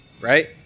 right